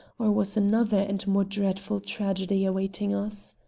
or was another and more dreadful tragedy awaiting us?